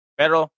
pero